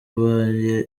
ibaye